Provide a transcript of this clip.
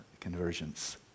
convergence